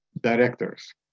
directors